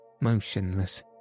motionless